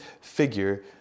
figure